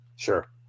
Sure